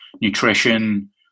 nutrition